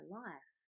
life